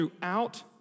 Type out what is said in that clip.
throughout